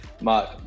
mark